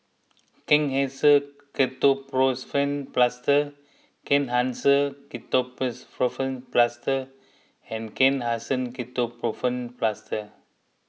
Kenhancer Ketoprofen Plaster Kenhancer Ketoprofen Plaster and Kenhancer Ketoprofen Plaster